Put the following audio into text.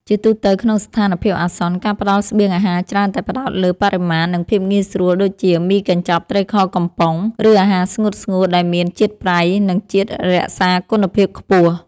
ជាទូទៅ ក្នុងស្ថានភាពអាសន្ន ការផ្តល់ស្បៀងអាហារច្រើនតែផ្តោតលើបរិមាណ និងភាពងាយស្រួលដូចជា មីកញ្ចប់ ត្រីខកំប៉ុង ឬអាហារស្ងួតៗ ដែលមានជាតិប្រៃ និងជាតិរក្សាគុណភាពខ្ពស់។